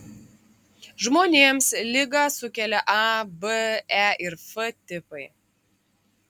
žmonėms ligą sukelia a b e ir f tipai